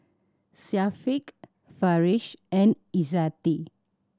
Syafiqah Farish and Izzati